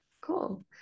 cool